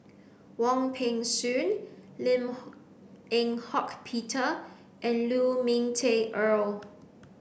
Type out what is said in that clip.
Wong Peng Soon Lim Eng Hock Peter and Lu Ming Teh Earl